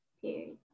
period